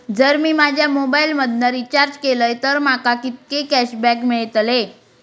जर मी माझ्या मोबाईल मधन रिचार्ज केलय तर माका कितके कॅशबॅक मेळतले?